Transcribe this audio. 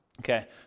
Okay